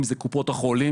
אם זה קופות החולים,